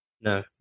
no